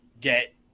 get